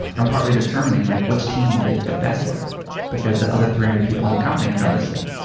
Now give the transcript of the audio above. i'm partly determining like which team will they fit best with because the other three hundred people in the company i've done this with.